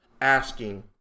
asking